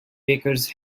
bakers